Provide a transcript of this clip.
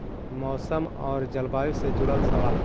मौसम और जलवायु से जुड़ल सवाल?